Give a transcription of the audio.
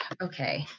okay